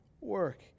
work